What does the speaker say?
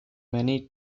many